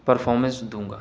performance دوں گا